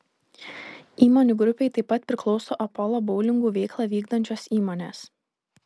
įmonių grupei taip pat priklauso apolo boulingų veiklą vykdančios įmonės